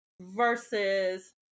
versus